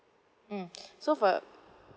mm so for